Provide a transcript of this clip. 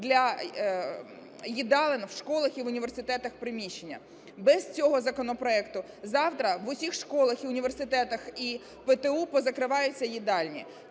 для їдалень в школах і в університетах приміщення. Без цього законопроекту завтра в усіх школах і в університетах, і в ПТУ позакриваються їдальні,